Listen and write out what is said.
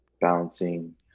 balancing